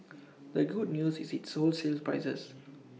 the good news is its wholesale prices